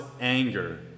anger